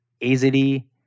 easily